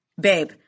babe